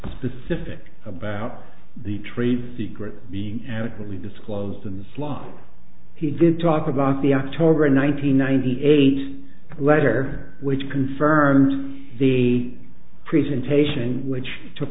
specific about the tree secret being adequately disclosed in this law he did talk about the october nine hundred ninety eight letter which confirmed the presentation which took